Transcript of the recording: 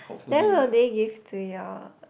then will they give to your